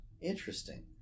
Interesting